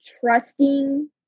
trusting